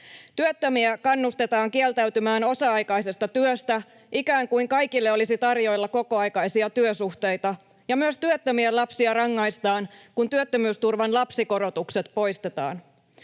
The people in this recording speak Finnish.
Työttömiä kannustetaan kieltäytymään osa-aikaisesta työstä, ikään kuin kaikille olisi tarjolla kokoaikaisia työsuhteita, ja myös työttömien lapsia rangaistaan, kun työttömyysturvan lapsikorotukset poistetaan.